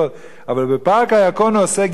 אבל בפארק הירקון הוא עושה געוואלד,